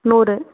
நூறு